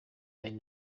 danny